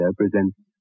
presents